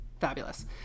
Fabulous